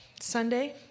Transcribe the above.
Sunday